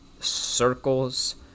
circles